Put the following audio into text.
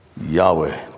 Yahweh